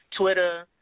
Twitter